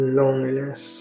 loneliness